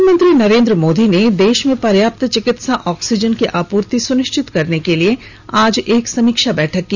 प्रधानमंत्री नरेंद्र मोदी ने देश में पर्याप्त चिकित्सा ऑक्सीजन की आपूर्ति सुनिश्चित करने के लिए आज एक समीक्षा बैठक की